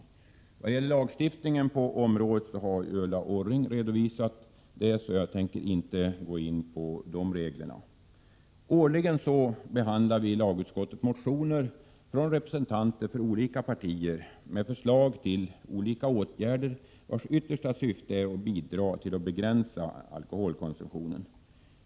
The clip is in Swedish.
Ulla Orring har ju redovisat lagstiftningen på området, varför jag inte tänker gå in på hithörande regler. Årligen behandlar vi i lagutskottet motioner från representanter för olika partier med förslag till olika åtgärder, vilkas yttersta syfte är att bidra till att begränsa alkoholkonsumtionen.